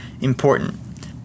important